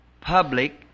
public